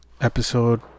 episode